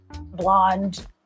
blonde